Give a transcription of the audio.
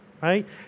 Right